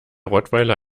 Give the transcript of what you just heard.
rottweiler